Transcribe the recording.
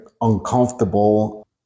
uncomfortable